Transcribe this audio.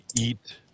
eat